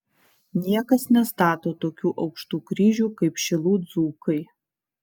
niekas nestato tokių aukštų kryžių kaip šilų dzūkai